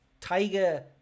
Tiger